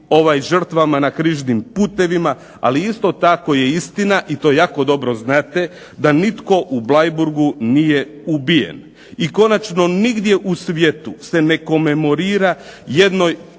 žrtvama na križnim putevima, ali isto tako je istina, i to jako dobro znate da nitko u Bleiburgu nije ubijen. I konačno nigdje u svijetu se ne komemorira jednoj